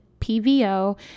PVO